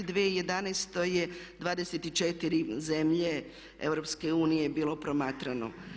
U 2011. je 24 zemlje EU bilo promatrano.